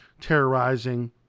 terrorizing